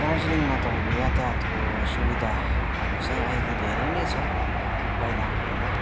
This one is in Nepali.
दार्जिलिङमा तपाईँको यातायातको सुविधाहरू चाहिँ अहिले धेरै नै छ पहिलाको भन्दा